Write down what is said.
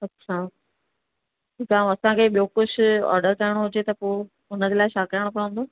अच्छा त तव्हां असांखे ॿियो कुझु ऑडर करिणो हुजे त त पोइ हुनजे लाइ छा करिणो पवंदो